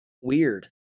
Weird